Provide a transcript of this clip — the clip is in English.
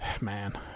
Man